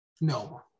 No